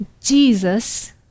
Jesus